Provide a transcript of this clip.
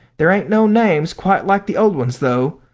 there ain't no names quite like the old ones though,